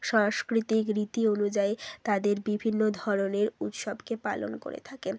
সাংস্কৃতিক রীতি অনুযায়ী তাদের বিভিন্ন ধরনের উৎসবকে পালন করে থাকেন